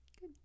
good